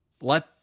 let